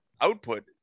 output